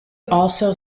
also